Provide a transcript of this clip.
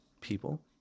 people